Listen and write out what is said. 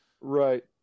Right